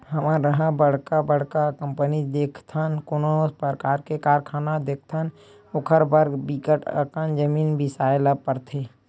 हमन ह बड़का बड़का कंपनी देखथन, कोनो परकार के कारखाना देखथन ओखर बर बिकट अकन जमीन बिसाए ल परथे